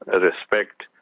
respect